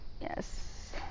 Yes